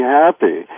happy